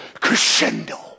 crescendo